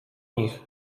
nich